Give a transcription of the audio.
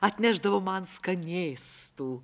atnešdavo man skanėstų